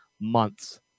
months